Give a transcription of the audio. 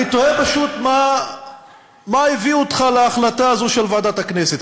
אני תוהה פשוט מה הביא אותך להחלטה הזאת של ועדת הכנסת.